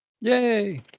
Yay